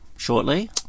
Shortly